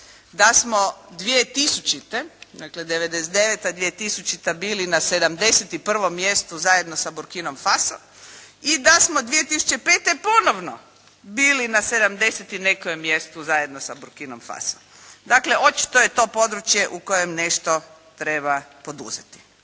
da smo 2000. dakle '99., 2000. bili na 71. mjestu zajedno sa Burkinom Faso i da smo 2005. ponovno bili na sedamdeset i nekom mjestu zajedno sa Burkinom Faso. Dakle, očito je to područje u kojem nešto treba poduzeti.